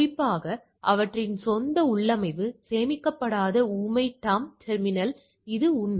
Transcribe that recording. குறிப்பாக அவற்றின் சொந்த உள்ளமைவு சேமிக்கப்படாத ஊமை டம் டெர்மினல்ளுக்கு இது உண்மை